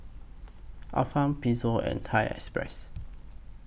Ifan Pezzo and Thai Express